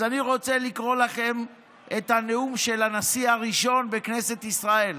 אז אני רוצה לקרוא לכם את הנאום של הנשיא הראשון בכנסת ישראל.